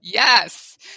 Yes